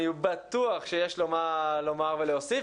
אני בטוח שיש לו מה לומר ולהוסיף,